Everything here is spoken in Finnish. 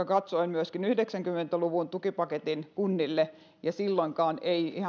katsoin myöskin yhdeksänkymmentä luvun tukipaketin kunnille ja silloinkaan ei